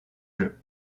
jeu